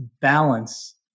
balance